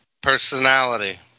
personality